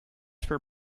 for